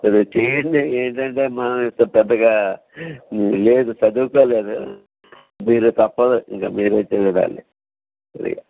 కొద్దిగా చేంజ్ ఏమిటి అంటే అమ్మా పెద్దగా లేదు చదువుకోలేదు మీరు తప్పదు ఇంక మీరే చూడాలి కొద్దిగా